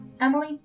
Emily